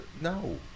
No